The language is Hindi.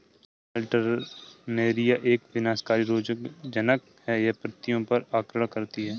अल्टरनेरिया एक विनाशकारी रोगज़नक़ है, यह पत्तियों पर आक्रमण करती है